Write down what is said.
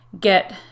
get